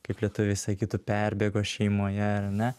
kaip lietuviai sakytų perbėgo šeimoje ar ne